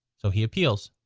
so he appeals.